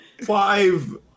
five